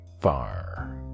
far